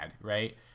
right